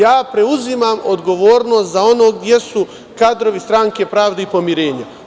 Ja preuzimam odgovornost za ono gde su kadrovi Stranke pravde i pomirenja.